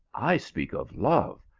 i speak of love,